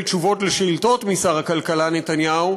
תשובות על שאילתות משר הכלכלה נתניהו